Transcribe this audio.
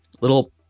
little